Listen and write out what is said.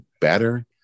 better